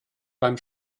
beim